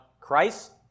Christ